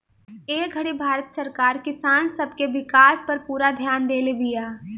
ए घड़ी भारत सरकार किसान सब के विकास पर पूरा ध्यान देले बिया